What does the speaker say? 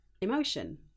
emotion